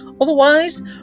Otherwise